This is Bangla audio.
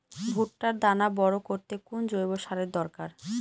ভুট্টার দানা বড় করতে কোন জৈব সারের দরকার?